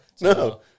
No